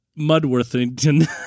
Mudworthington